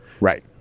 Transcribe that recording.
Right